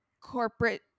corporate